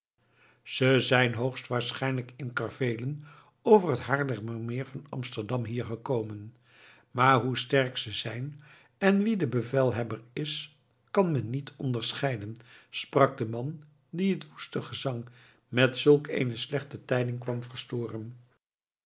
ze zijn hoogstwaarschijnlijk in karveelen over het haarlemmermeer van amsterdam hier gekomen maar hoe sterk ze zijn en wie de bevelhebber is kan men niet onderscheiden sprak de man die het woeste gezang met zulk eene slechte tijding kwam verstoren